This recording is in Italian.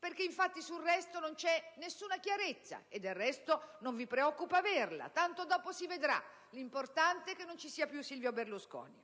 Difatti non c'è alcuna chiarezza e, del resto, non vi preoccupa averla: tanto dopo si vedrà; l'importante è che non ci sia più Silvio Berlusconi.